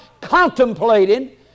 contemplating